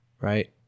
right